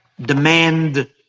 demand